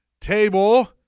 Table